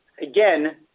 Again